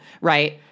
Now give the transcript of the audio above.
Right